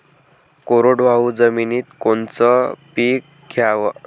कोरडवाहू जमिनीत कोनचं पीक घ्याव?